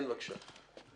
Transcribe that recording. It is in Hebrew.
כן, בבקשה.